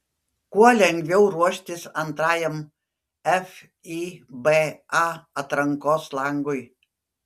kuo lengviau ruoštis antrajam fiba atrankos langui